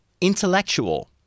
intellectual